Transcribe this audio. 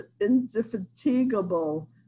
indefatigable